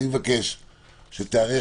שתיערך